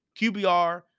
QBR